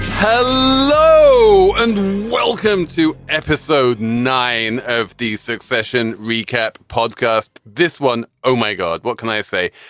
hello and welcome to episode nine of the succession recap podcast. this one. oh my god. what can i say.